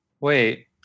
wait